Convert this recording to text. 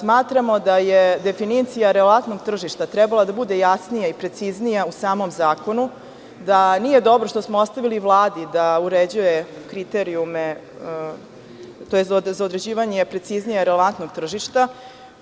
Smatramo da je definicija relevantnog tržišta trebala da bude jasnija i preciznija u samom zakonu, da nije dobro što smo ostavili Vladi da uređuje kriterijume, tj. za određivanje preciznije irelevantnog tržišta,